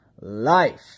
life